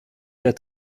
der